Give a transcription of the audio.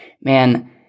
man